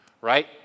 right